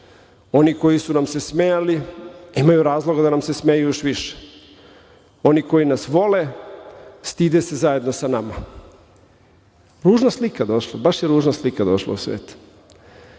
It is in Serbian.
Oni koji su nam se smejali, imaju razloga da nam se smeju još više. Oni koji nas vole, stide se zajedno sa nama. Ružna slika je došla, baš je ružna slika došla u svet.